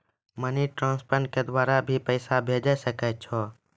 Money transfer के द्वारा भी पैसा भेजै सकै छौ?